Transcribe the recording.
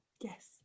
Yes